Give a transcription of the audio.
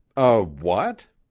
a what?